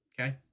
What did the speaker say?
Okay